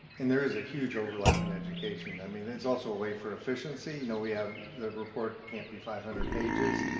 and there is a huge overlap in education. i mean it's also a way for efficiency. you know we have. the report can't be five hundred pages.